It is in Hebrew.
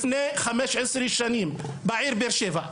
לפני 15 שנים בעיר באר שבע,